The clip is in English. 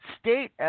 State